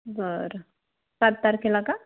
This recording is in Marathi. बरं सात तारखेला का